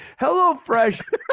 HelloFresh